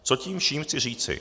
Co tím vším chci říci?